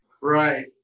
Right